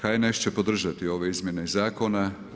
HNS će podržati ove izmjene zakona.